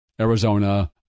Arizona